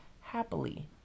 happily